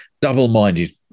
double-minded